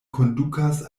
kondukas